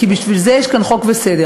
כי בשביל זה יש חוק וסדר.